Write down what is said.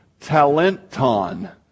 talenton